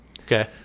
Okay